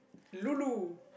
lulu